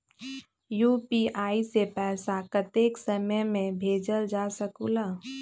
UPI से पैसा कतेक समय मे भेजल जा स्कूल?